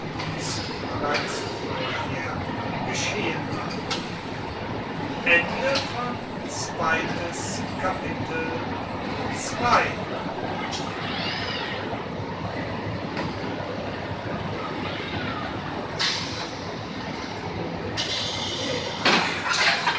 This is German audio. bereits vorher geschehen war